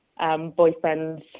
boyfriends